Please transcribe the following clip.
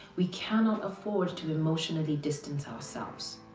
we cannot afford to emotionally distance ourselves.